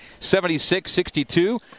76-62